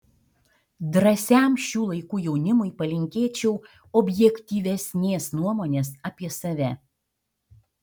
drąsiam šių laikų jaunimui palinkėčiau objektyvesnės nuomonės apie save